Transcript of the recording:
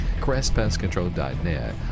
CrestPestControl.net